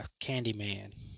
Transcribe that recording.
Candyman